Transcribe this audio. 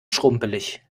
schrumpelig